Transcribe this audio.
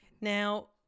Now